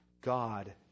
God